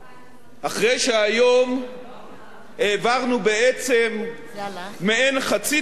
אחרי שהיום העברנו בעצם מעין חצי תקציב,